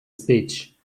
speech